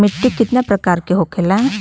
मिट्टी कितना प्रकार के होखेला?